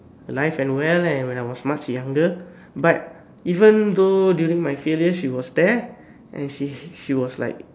alive and well and when I was much younger but even though during my failure she was there and she she was like